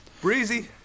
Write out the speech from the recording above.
Breezy